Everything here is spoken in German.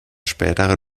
spätere